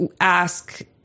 ask